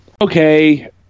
okay